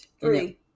Three